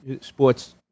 sports